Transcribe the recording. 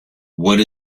what